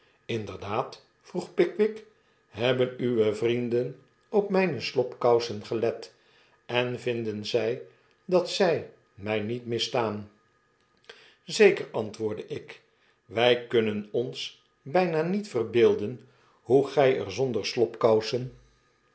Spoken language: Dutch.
inderdaad vroeg pickwick hebben uwe vrienden op mijne slobkousen gelet en vinden zij dat zj my niet meer staan zeker antwoordde ik wij kunnen ons bjjna niet verbeelden boe gy er zonder